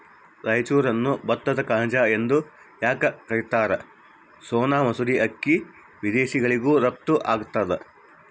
ರಾಯಚೂರನ್ನು ಭತ್ತದ ಕಣಜ ಎಂದು ಯಾಕ ಕರಿತಾರ? ಸೋನಾ ಮಸೂರಿ ಅಕ್ಕಿ ವಿದೇಶಗಳಿಗೂ ರಫ್ತು ಆಗ್ತದ